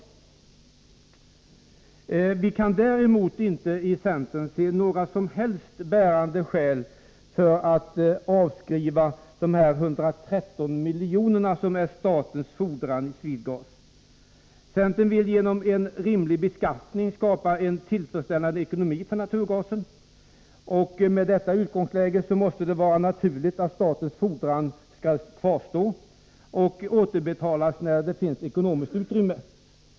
Centern kan däremot inte se några som helst bärande skäl för att avskriva de 113 miljoner som är statens fordran i Swedegas. Centern vill genom en rimlig beskattning skapa en tillfredsställande ekonomi för naturgasen. Med detta utgångsläge måste det vara naturligt att statens fordran skall kvarstå och återbetalas när det finns ekonomiskt utrymme.